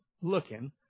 looking